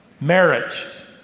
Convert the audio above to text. Marriage